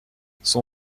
son